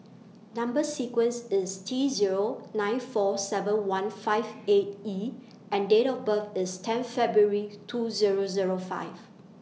Number sequence IS T Zero nine four seven one five eight E and Date of birth IS ten February two Zero Zero five